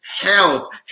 help